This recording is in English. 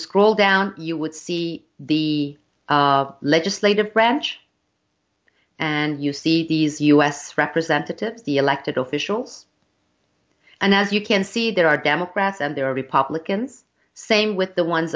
scroll down you would see the legislative branch and you see these u s representatives the elected officials and as you can see there are democrats and there are republicans same with the ones